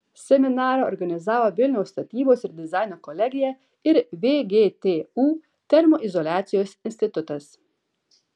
seminarą organizavo vilniaus statybos ir dizaino kolegija ir vgtu termoizoliacijos institutas